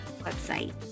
website